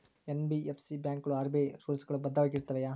NBFC ಬ್ಯಾಂಕುಗಳು RBI rules ಗಳು ಬದ್ಧವಾಗಿ ಇರುತ್ತವೆಯ?